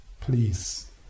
Please